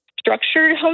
Structured